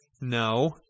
No